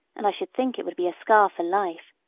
and i should think it would be a scar for life.